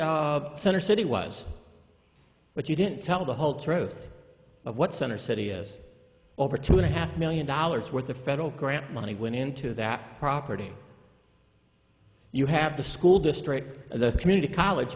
center city was but you didn't tell the whole truth of what center city is over two and a half million dollars worth of federal grant money went into that property you have the school destroyed and the community college